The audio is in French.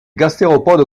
gastéropodes